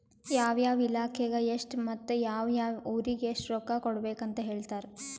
ಯಾವ ಯಾವ ಇಲಾಖೆಗ ಎಷ್ಟ ಮತ್ತ ಯಾವ್ ಯಾವ್ ಊರಿಗ್ ಎಷ್ಟ ರೊಕ್ಕಾ ಕೊಡ್ಬೇಕ್ ಅಂತ್ ಹೇಳ್ತಾರ್